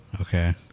Okay